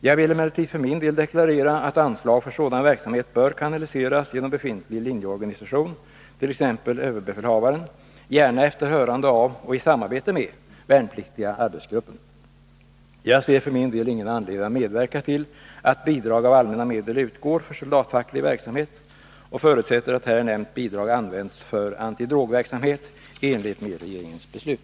Jag vill emellertid för min del deklarera att anslag för sådan verksamhet bör kanaliseras genom befintlig linjeorganisation, t.ex. överbefälhavaren, gärna efter hörande av och i samarbete med Värnpliktiga arbetsgruppen. Jag ser för min del ingen anledning att medverka till att bidrag av allmänna medel utgår för soldatfacklig verksamhet och förutsätter att här nämnt bidrag används för antidrogverksamhet i enlighet med regeringens beslut.